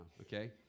okay